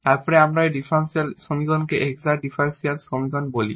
তারপরে আমরা এই ডিফারেনশিয়াল সমীকরণটিকে এক্সাট ডিফারেনশিয়াল বলি